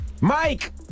Mike